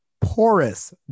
porous